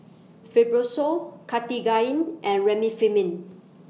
Fibrosol Cartigain and Remifemin